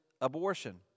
abortion